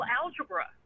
algebra